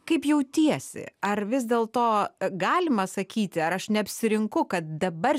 kaip jautiesi ar vis dėlto galima sakyti ar aš neapsirinku kad dabar